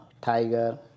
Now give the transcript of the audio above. tiger